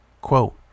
Quote